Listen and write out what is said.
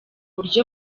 uburyo